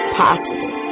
possible